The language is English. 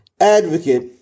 advocate